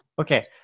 Okay